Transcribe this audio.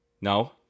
No